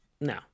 no